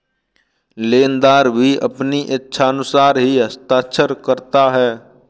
लेनदार भी अपनी इच्छानुसार ही हस्ताक्षर करता है